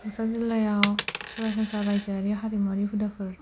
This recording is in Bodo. बाक्सा जिल्लायाव सरासन्स्रा रायजोयारि हारिमुवारि हुदाफोर